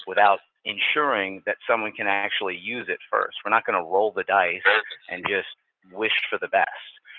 without ensuring that someone can actually use it first. we're not going to roll the dice and just wish for the best.